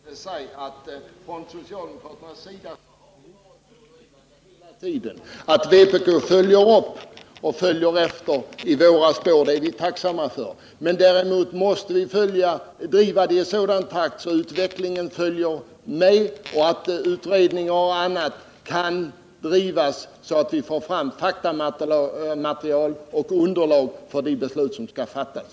Herr talman! Jag vill säga till Lars-Ove Hagberg att vi från socialdemokraternas sida alltid varit pådrivande i samband med dessa frågor. Att vpk följer efter i våra spår är vi tacksamma för, men vi måste driva frågorna i en sådan takt att utvecklingen följer med och utredningar som pågår hinner få fram faktamaterial och annat underlag för de beslut som skall fattas.